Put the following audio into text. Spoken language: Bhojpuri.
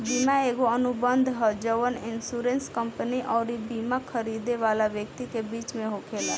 बीमा एगो अनुबंध ह जवन इन्शुरेंस कंपनी अउरी बिमा खरीदे वाला व्यक्ति के बीच में होखेला